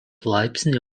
laipsnį